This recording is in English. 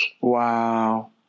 wow